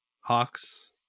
Hawks